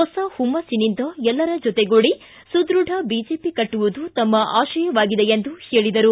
ಹೊಸ ಹುಮ್ಹಿನಿಂದ ಎಲ್ಲರ ಜತೆಗೂಡಿ ಸುದೃಢ ಬಿಜೆಪಿ ಕಟ್ಟುವುದು ತಮ್ನ ಆಶಯವಾಗಿದೆ ಎಂದು ಹೇಳಿದರು